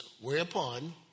Whereupon